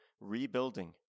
rebuilding